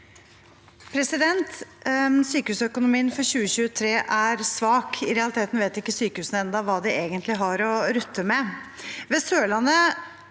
Sykehus- økonomien for 2023 er svak. I realiteten vet ikke sykehusene ennå hva de egentlig har å rutte med. På Sørlandet